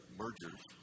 mergers